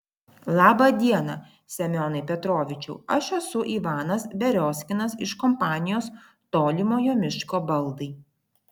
laba diena semionai petrovičiau aš esu ivanas beriozkinas iš kompanijos tolimojo miško baldai